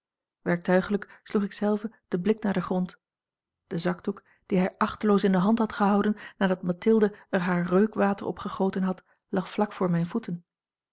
werktuiglijk sloeg ik zelve den blik naar den grond de zakdoek dien hij achteloos in de hand had gehouden nadat mathilde er haar reukwater op gegoten had lag vlak voor mijne voeten